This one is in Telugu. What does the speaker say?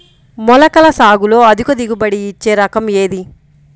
మొలకల సాగులో అధిక దిగుబడి ఇచ్చే రకం ఏది?